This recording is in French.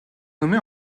nommée